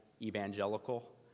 Evangelical